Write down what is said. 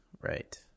right